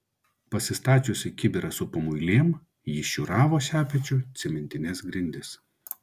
pasistačiusi kibirą su pamuilėm ji šiūravo šepečiu cementines grindis